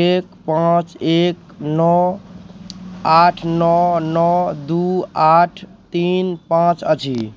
एक पाँच एक नओ आठ नओ नओ दू आठ तीन पाँच अछि